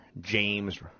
James